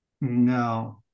No